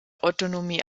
autonomie